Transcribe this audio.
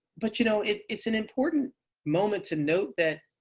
but you know it's it's an important moment to note that,